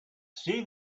see